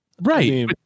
Right